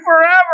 forever